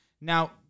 Now